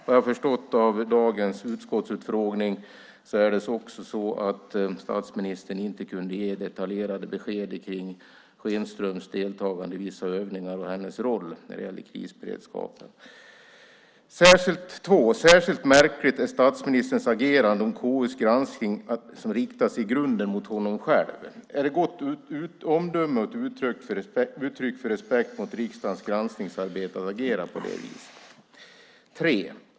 Vad jag har förstått av dagens utskottsutfrågning är det också så att statsministern inte kunde ge detaljerade besked kring Schenströms deltagande i vissa övningar och hennes roll när det gällde krisberedskapen. 2. Särskilt märkligt är statsministerns agerande när det gäller KU:s granskning, som i grunden riktas mot honom själv. Är det gott omdöme och ett uttryck för respekt för riksdagens granskningsarbete att agera på det viset? 3.